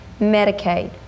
Medicaid